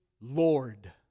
Lord